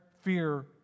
Fear